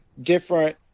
different